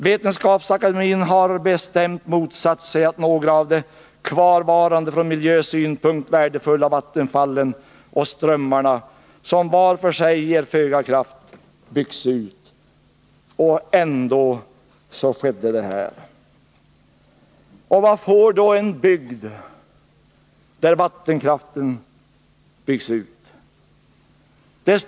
Vetenskapsakademien har bestämt motsatt sig att några av de kvarvarande från miljösynpunkt värdefulla vattenfallen och strömmarna, som var för sig ger föga kraft, byggs ut.” Och vad får då en bygd där vattenkraften byggs ut?